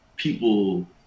people